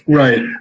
right